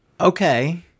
Okay